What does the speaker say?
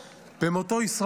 פשוט עוגמת נפש להורים.